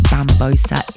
Bambosa